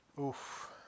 Oof